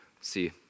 see